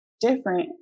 different